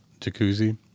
jacuzzi